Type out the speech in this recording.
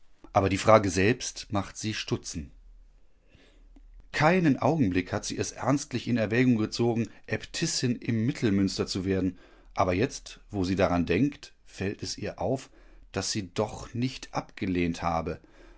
aber die frage selbst macht sie stutzen keinen augenblick hat sie es ernstlich in erwägung gezogen äbtissin im mittelmünster zu werden aber jetzt wo sie daran denkt fällt es ihr auf daß sie doch nicht abgelehnt habe